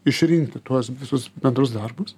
išrinkti tuos visus bendrus darbus